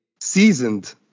seasoned